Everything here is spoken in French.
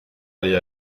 aller